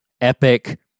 epic